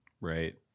right